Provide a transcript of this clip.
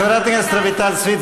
חברת הכנסת רויטל סויד,